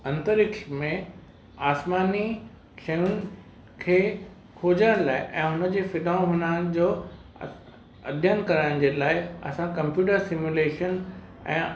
अंतरिक्ष में आसमानी शयुनि खे खोजण लाइ ऐं हुनजे फिनॉमिना जो अध्ययनु करण जे लाइ असां कंप्यूटर सिमुलेशन ऐं